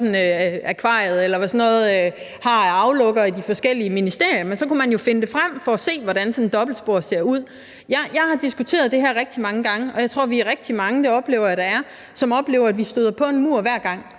gæsteakvariet, eller hvad man har af aflukker i de forskellige ministerier, men så kunne man jo finde det frem for at se, hvordan sådan et dobbeltspor ser ud. Jeg har diskuteret det her rigtig mange gange, og jeg tror, vi er rigtig mange, der oplever, at vi støder på en mur hver gang,